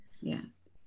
Yes